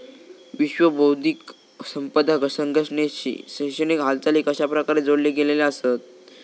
विश्व बौद्धिक संपदा संघटनेशी शैक्षणिक हालचाली कशाप्रकारे जोडले गेलेले आसत?